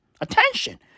attention